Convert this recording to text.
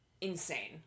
insane